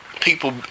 people